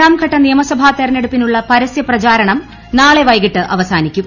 ന് ബീഹാറിൽ രണ്ടാം ഘട്ട നിയമസഭാ തെരഞ്ഞെടുപ്പിനുള്ള പരസ്യ പ്രചാരണം നാളെ വൈകിട്ട് അവസാനിക്കും